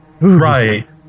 right